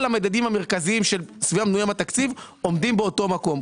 כל המדדים המרכזיים עומדים באותו מקום.